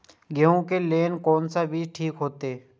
गेहूं के लेल कोन बीज ठीक होते?